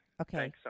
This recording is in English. Okay